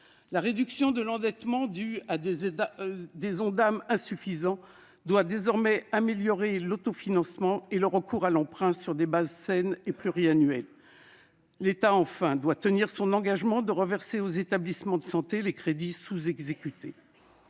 La réduction de l'endettement, lequel est dû à l'insuffisance des Ondam, doit améliorer l'autofinancement et le recours à l'emprunt sur des bases saines et pluriannuelles. L'État, enfin, doit tenir son engagement de reverser aux établissements de santé les crédits sous-exécutés.